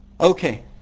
Okay